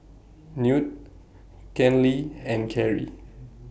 Newt Kenley and Kerrie